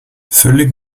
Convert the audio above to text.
völlig